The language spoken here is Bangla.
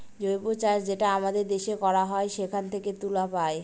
জৈব চাষ যেটা আমাদের দেশে করা হয় সেখান থেকে তুলা পায়